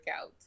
out